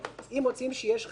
אם מוצאים שיש חריגה,